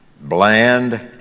bland